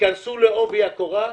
ייכנסו לעובי הקורה.